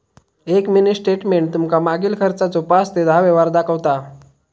एक mini statement तुमका मागील खर्चाचो पाच ते दहा व्यवहार दाखवता